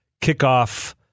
kickoff